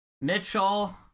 mitchell